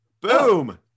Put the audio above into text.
Boom